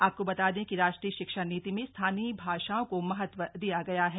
आपको बता दें कि राष्ट्रीय शिक्षा नीति में स्थानीय भाषाओं को महत्व दिया गया है